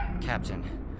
Captain